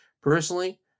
personally